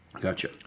Gotcha